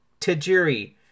Tajiri